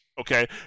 okay